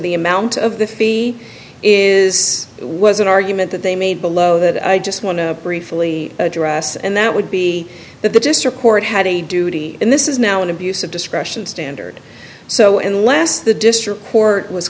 the amount of the fee is was an argument that they made below that i just want to briefly address and that would be that the district court had a duty and this is now an abuse of discretion standard so unless the district court was